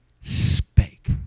spake